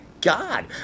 god